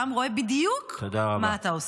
העם רואה בדיוק מה אתה עושה.